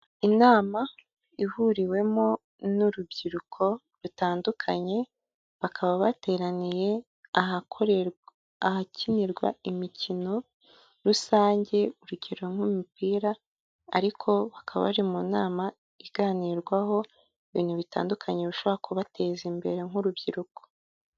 Inama ihuriwemo n'urubyiruko rutandukanye bakaba bateraniye ahakinirwa imikino rusange urugero nk'imipira ariko bakaba bari mu nama iganirwaho ibintu bitandukanye bishobora kubateza imbere nk'urubyiruko.